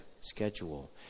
schedule